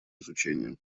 изучения